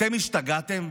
אתם השתגעתם?